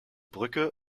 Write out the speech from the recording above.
brücke